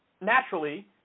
naturally